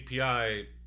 API